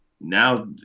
now